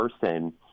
person